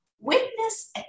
witness